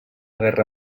guerra